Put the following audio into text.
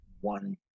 one